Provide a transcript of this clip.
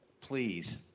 Please